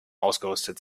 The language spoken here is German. ausgerüstet